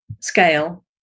scale